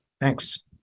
Thanks